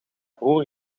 broer